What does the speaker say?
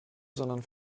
sondern